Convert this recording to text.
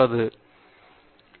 இது வித்தியாசத்தில் உள்ளது